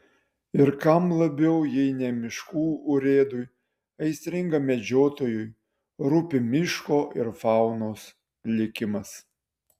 ir kam labiau jeigu ne miškų urėdui aistringam medžiotojui rūpi miško ir faunos likimas